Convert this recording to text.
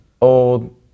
old